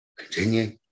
Continue